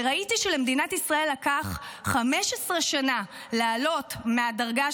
וראיתי שלמדינת ישראל לקח 15 שנה לעלות מהדרגה